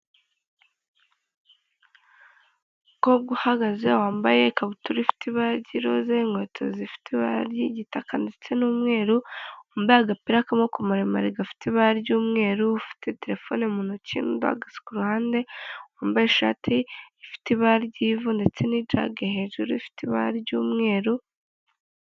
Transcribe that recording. Umukobwa uhagaze wambaye ikabutura ifite ibara ry'iroze, inkweto zifite ibara ry'igitaka ndetse n'umweru, wambaye agapira k'amaboko maremare gafite ibara ry'umweru, ufite telefone mu ntoki n'undi uhagaze ku ruhande wambaye ishati ifite ibara ry'ivu ndetse n'ijage hejuru ifite ibara ry'umweru